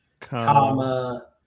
comma